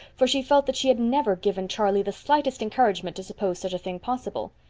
for she felt that she had never given charlie the slightest encouragement to suppose such a thing possible.